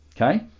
okay